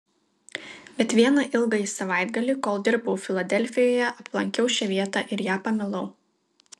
bet vieną ilgąjį savaitgalį kol dirbau filadelfijoje aplankiau šią vietą ir ją pamilau